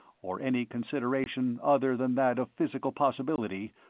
or any consideration other than that of physical possibility,